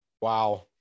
Wow